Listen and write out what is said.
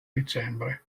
dicembre